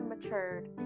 matured